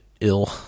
ill